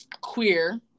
queer